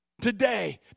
Today